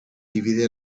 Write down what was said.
divide